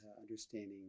understanding